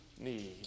need